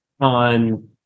on